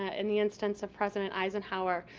ah in the instance of president eisenhower,